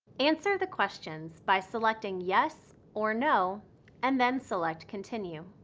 answer the questions by selecting yes or no and then select continue.